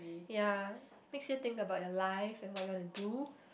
ya makes you think about your life and what you want to do